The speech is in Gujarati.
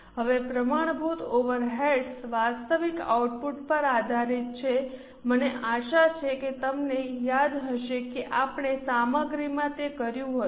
હવે પ્રમાણભૂત ઓવરહેડ્સ વાસ્તવિક આઉટપુટ પર આધારિત છે મને આશા છે કે તમને યાદ હશે કે આપણે સામગ્રીમાં તે કર્યું હતું